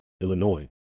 Illinois